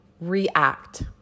react